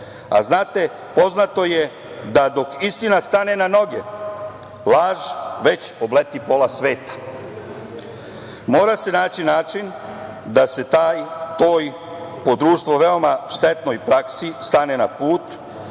a znate, poznato je da dok istina stane na noge laž već obleti pola sveta. Mora se naći način da se toj po društvo veoma štetnoj praksi stane na put,